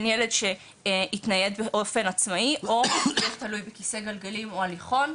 בין ילד שיתנייד באופן עצמאי או יהיה תלוי בכיסא גלגלים או הליכון.